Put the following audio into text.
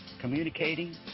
communicating